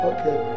Okay